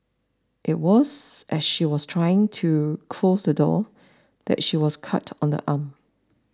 it was as she was trying to close the door that she was cut on the arm